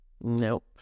Nope